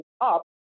up